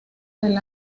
del